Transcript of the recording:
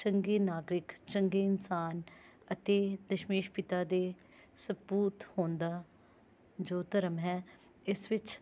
ਚੰਗੇ ਨਾਗਰਿਕ ਚੰਗੇ ਇਨਸਾਨ ਅਤੇ ਦਸਮੇਸ਼ ਪਿਤਾ ਦੇ ਸਪੂਤ ਹੋਣ ਦਾ ਜੋ ਧਰਮ ਹੈ ਇਸ ਵਿੱਚ